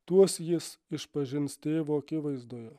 tuos jis išpažins tėvo akivaizdoje